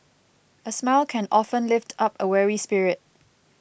a smile can often lift up a weary spirit